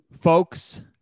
Folks